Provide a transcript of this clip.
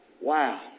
Wow